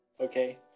Okay